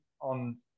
on